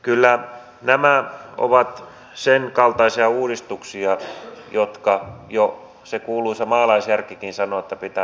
kyllä nämä ovat sen kaltaisia uudistuksia jotka jo se kuuluisa maalaisjärkikin näin sanoo pitää toteuttaa